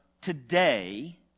today